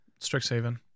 Strixhaven